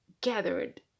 gathered